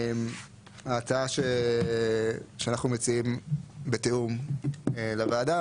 ההצעה שאנחנו מציעים בתיאום לוועדה,